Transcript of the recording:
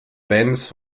benz